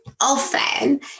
often